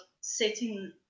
setting